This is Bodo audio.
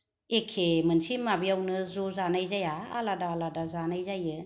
एखे मोनसे माबायावनो ज जानाय जाया आलादा आलादा जानाय जायो